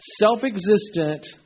self-existent